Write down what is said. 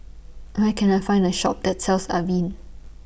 Where Can I Find A Shop that sells Avene